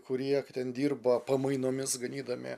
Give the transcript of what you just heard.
kurie ten dirba pamainomis ganydami